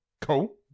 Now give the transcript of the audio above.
Cool